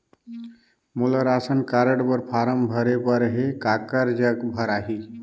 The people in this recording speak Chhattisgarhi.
मोला राशन कारड बर फारम भरे बर हे काकर जग भराही?